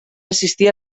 existia